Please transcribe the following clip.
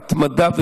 בהתמדה,